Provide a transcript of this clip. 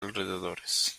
alrededores